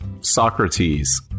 Socrates